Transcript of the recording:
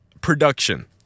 production